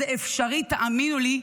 זה אפשרי, תאמינו לי,